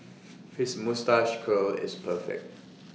his moustache curl is perfect